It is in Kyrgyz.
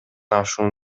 ашуун